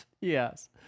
Yes